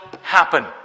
happen